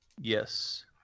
Yes